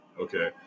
Okay